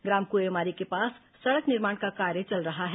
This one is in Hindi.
ग्राम कुएमारी के पास सड़क निर्माण का कार्य चल रहा है